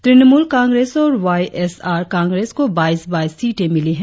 तृणमूल कांग्रेस और Y S R Congress को बाईस बाईस सीटे मिली हैं